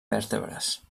vèrtebres